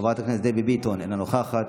חברת הכנסת דבי ביטון, אינה נוכחת,